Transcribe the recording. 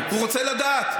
הוא רוצה לדעת.